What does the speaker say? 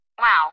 Wow